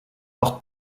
porte